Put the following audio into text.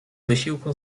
wysiłku